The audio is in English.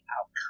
outcome